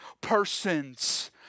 person's